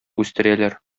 үстерәләр